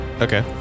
Okay